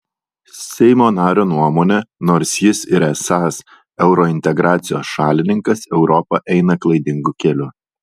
seimo nario nuomone nors jis ir esąs eurointegracijos šalininkas europa eina klaidingu keliu